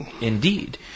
Indeed